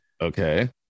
okay